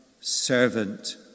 servant